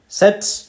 sets